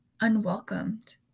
unwelcomed